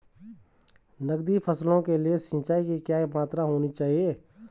नकदी फसलों के लिए सिंचाई की क्या मात्रा होनी चाहिए?